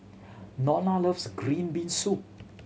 Nona loves green bean soup